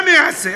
מה אעשה?